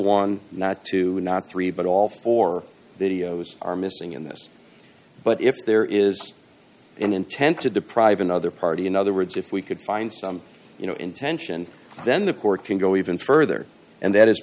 one not two not three but all four videos are missing in this but if there is an intent to deprive another party in other words if we could find some you know intention then the court can go even further and that is